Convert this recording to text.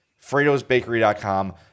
fredosbakery.com